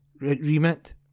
remit